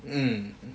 mm